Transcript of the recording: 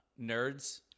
nerds